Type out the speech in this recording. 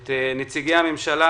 ואת נציגי הממשלה